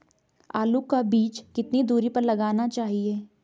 आलू का बीज कितनी दूरी पर लगाना चाहिए?